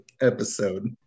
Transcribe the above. episode